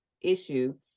issue